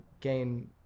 gain